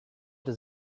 does